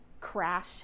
crash